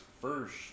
first